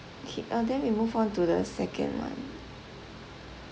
okay uh then we move on to the second one